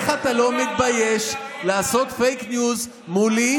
איך אתה לא מתבייש לעשות פייק ניוז מולי